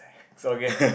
it's okay